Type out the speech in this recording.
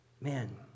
Man